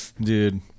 Dude